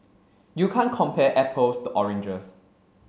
you can't compare apples to oranges